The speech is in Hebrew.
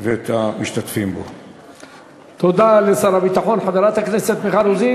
בוא אני אספר לך, בגדול,